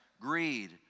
greed